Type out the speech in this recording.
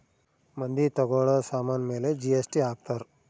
ಮಂದಿ ತಗೋಳೋ ಸಾಮನ್ ಮೇಲೆ ಜಿ.ಎಸ್.ಟಿ ಹಾಕ್ತಾರ್